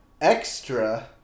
extra